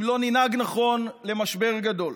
אם לא ננהג נכון, למשבר גדול.